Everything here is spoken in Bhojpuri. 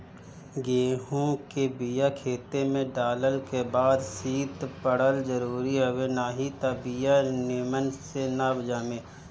गेंहू के बिया खेते में डालल के बाद शीत पड़ल जरुरी हवे नाही त बिया निमन से ना जामे